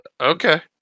Okay